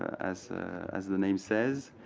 as as the name says,